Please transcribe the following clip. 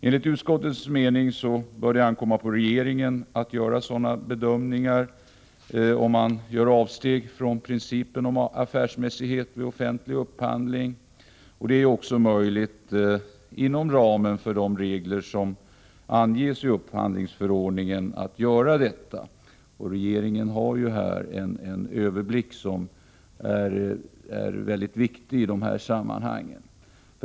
Enligt utskottets mening bör det ankomma på regeringen att göra sådana bedömningar som innebär avsteg från principen om affärsmässighet vid offentlig upphandling. Det är också möjligt inom ramen för de regler som anges i upphandlingsförordningen. Regeringen har ju här en överblick, och det är väldigt viktigt i sådana här sammanhang.